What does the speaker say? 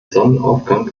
sonnenaufgang